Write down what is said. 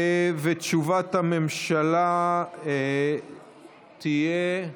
תשובת הממשלה תהיה,